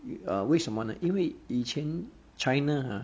err 为什么呢因为以前 china